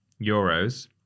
euros